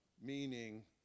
meaning